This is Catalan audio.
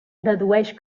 dedueix